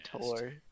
Tour